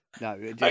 no